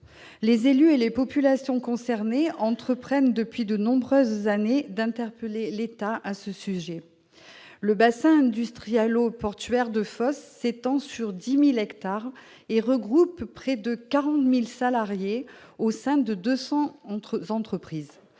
Les élus et les populations concernés entreprennent depuis de nombreuses années d'interpeller l'État à ce sujet. Le bassin industrialo-portuaire de Fos s'étend sur 10 000 hectares et regroupe près de 40 000 salariés au sein de 200 entreprises.